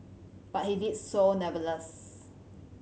but he did so never less